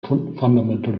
fundamental